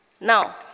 Now